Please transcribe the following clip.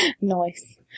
nice